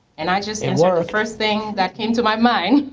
and i just answered the first thing that came to my mind.